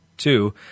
Two